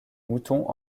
moutons